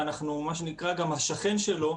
וגם של השכן שלו.